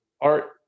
art